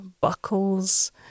buckles